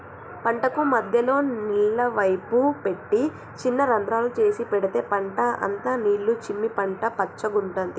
పంటకు మధ్యలో నీళ్ల పైపు పెట్టి చిన్న రంద్రాలు చేసి పెడితే పంట అంత నీళ్లు చిమ్మి పంట పచ్చగుంటది